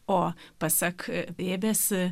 o pasak vėbės i